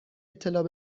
اطلاع